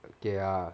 okay ah